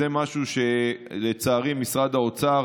זה משהו שלצערי משרד האוצר